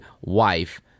wife